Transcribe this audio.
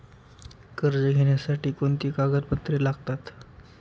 कर्ज घेण्यासाठी कोणती कागदपत्रे लागतात?